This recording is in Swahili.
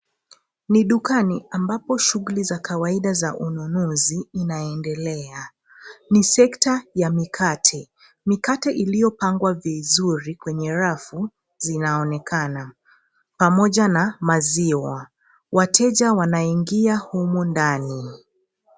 Ni dukani ambapo shughuli za kawaida za ununuzi inaendelea. Ni sekta ya mikate. Mikate iliyopangwa vizuri kwenye rafu, zinaonekana pamoja na maziwa. Wateja wanaingia humu ndani.